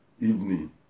evening